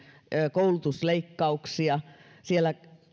koulutusleikkauksia siellä